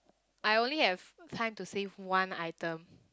I only have time to save one item